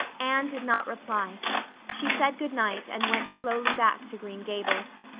anne did not reply she said good night and went slowly back to green gables.